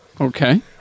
Okay